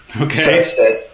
Okay